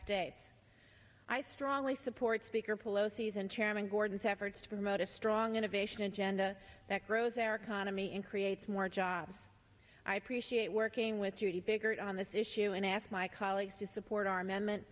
states i strongly support speaker pelosi and chairman gordon's efforts to promote a strong innovation agenda that grows our economy and creates more jobs i appreciate working with judy biggert on this issue and i ask my colleagues to support our amen